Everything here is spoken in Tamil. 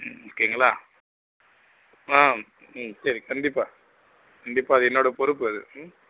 ம் ஓகேங்களா ஆ ம் சரி கண்டிப்பாக கண்டிப்பாக அது என்னோட பொறுப்பு அது ம்